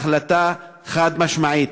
החלטה חד-משמעית,